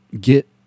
get